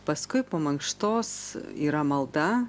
paskui po mankštos yra malda